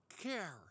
care